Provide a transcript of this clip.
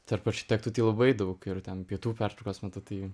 tarp architektų tai labai daug ir ten pietų pertraukos metu tai